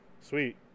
sweet